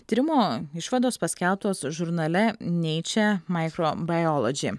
tyrimo išvados paskelbtos žurnale neiče maikro baiolodžy